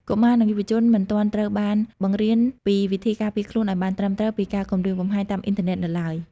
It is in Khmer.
កុមារ និងយុវជនមិនទាន់ត្រូវបានបង្រៀនពីវិធីការពារខ្លួនឱ្យបានត្រឹមត្រូវពីការគំរាមកំហែងតាមអ៊ីនធឺណិតនៅឡើយ។